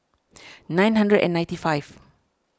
nine hundred and ninety five